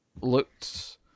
looked